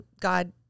God